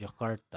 Jakarta